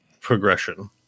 progression